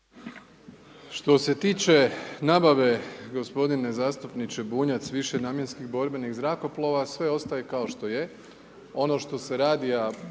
Što se tiče nabave g. zastupniče Bunjac više namjenskih borbenih zrakoplova, sve ostaje kao što je. Ono što se radi, a